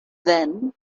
then